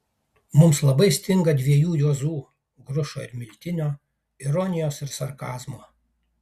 mums labai stinga dviejų juozų grušo ir miltinio ironijos ir sarkazmo